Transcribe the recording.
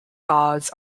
gods